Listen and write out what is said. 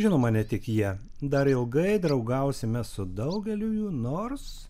žinoma ne tik jie dar ilgai draugausime su daugeliu jų nors